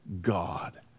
God